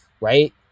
right